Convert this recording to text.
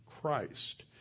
Christ